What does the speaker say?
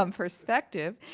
um perspective.